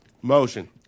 Motion